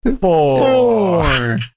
four